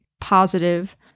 positive